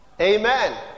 Amen